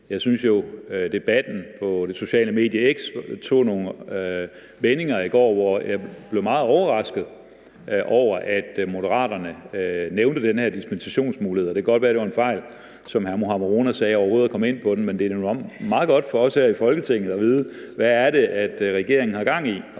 sagde. I debatten på det sociale medie X var der i går nogle vendinger, hvor jeg blev meget overrasket over, at Moderaterne nævnte den her dispensationsmulighed. Det kan godt være, som hr. Mohammad Rona sagde, at det var en fejl overhovedet at komme ind på det, men det er nu meget godt for os her i Folketinget at vide, hvad det er, regeringen har gang i,